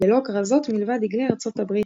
ללא כרזות מלבד דגלי ארצות הברית,